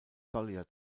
collier